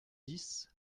dix